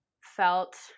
felt